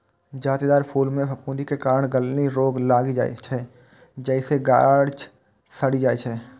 जादेतर फूल मे फफूंदी के कारण गलनी रोग लागि जाइ छै, जइसे गाछ सड़ि जाइ छै